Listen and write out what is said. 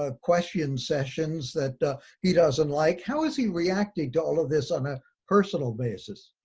ah question sessions that he doesn't like. how is he reacting to all of this on a personal basis?